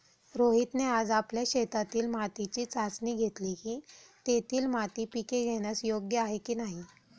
रोहितने आज आपल्या शेतातील मातीची चाचणी घेतली की, तेथील माती पिके घेण्यास योग्य आहे की नाही